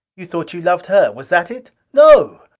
you thought you loved her! was that it? no!